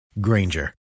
Granger